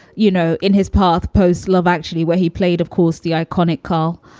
you know, in his path, post love, actually, where he played, of course, the iconic call,